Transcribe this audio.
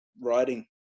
writing